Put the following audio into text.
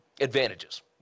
advantages